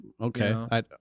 Okay